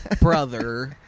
brother